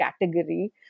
category